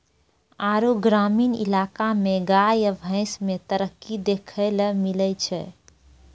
आरु ग्रामीण इलाका मे गाय या भैंस मे तरक्की देखैलै मिलै छै